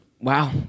wow